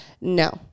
No